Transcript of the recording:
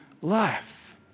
life